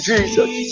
Jesus